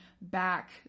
back